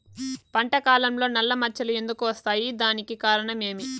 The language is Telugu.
పంట కాలంలో నల్ల మచ్చలు ఎందుకు వస్తాయి? దానికి కారణం ఏమి?